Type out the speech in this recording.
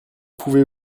pouvez